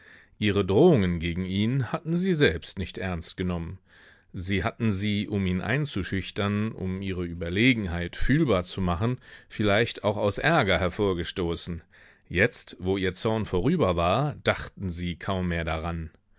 ihre drohungen gegen ihn hatten sie selbst nicht ernst genommen sie hatten sie um ihn einzuschüchtern um ihre überlegenheit fühlbar zu machen vielleicht auch aus ärger hervorgestoßen jetzt wo ihr zorn vorüber war dachten sie kaum mehr daran